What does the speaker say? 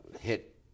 Hit